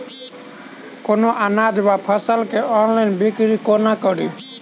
कोनों अनाज वा फसल केँ ऑनलाइन बिक्री कोना कड़ी?